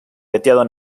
veteado